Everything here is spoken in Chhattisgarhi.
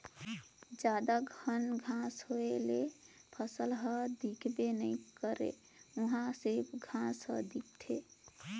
जादा घन घांस होए ले फसल हर दिखबे नइ करे उहां सिरिफ बन हर दिखथे